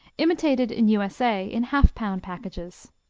imitated in u s a. in half-pound packages.